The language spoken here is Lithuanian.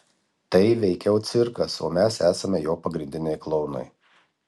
tai veikiau cirkas o mes esame jo pagrindiniai klounai